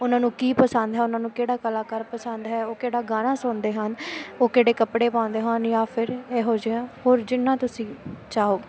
ਉਹਨਾਂ ਨੂੰ ਕੀ ਪਸੰਦ ਹੈ ਉਹਨਾਂ ਨੂੰ ਕਿਹੜਾ ਕਲਾਕਾਰ ਪਸੰਦ ਹੈ ਉਹ ਕਿਹੜਾ ਗਾਣਾ ਸੁਣਦੇ ਹਨ ਉਹ ਕਿਹੜੇ ਕੱਪੜੇ ਪਾਉਂਦੇ ਹਨ ਜਾਂ ਫਿਰ ਇਹੋ ਜਿਹਾ ਹੋਰ ਜਿੰਨਾ ਤੁਸੀਂ ਚਾਹੋ